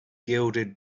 gilded